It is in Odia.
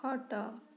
ଖଟ